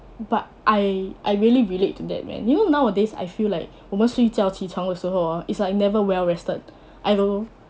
but I I really relate to that man you know nowadays I feel like 我们睡觉起床的时候 it's like never well rested I don't know